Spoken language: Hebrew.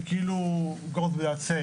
זה כאילו go without saying